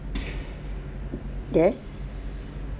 yes